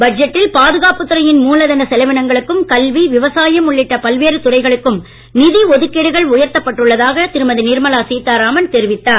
பட்ஜெட்டில் பாதுகாப்புத் துறையின் மூலதனச் செலவினங்களுக்கும் கல்வி விவசாயம் உள்ளிட்ட பல்வேறு துறைகளுக்கும் நிதி ஒதுக்கீடுகள் உயர்த்தப் பட்டுள்ளதாக திருமதி நிர்மலா சீதாராமன் தெரிவித்தார்